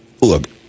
Look